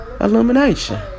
Illumination